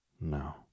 No